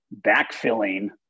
backfilling